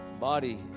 body